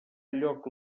lloc